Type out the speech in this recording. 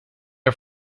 are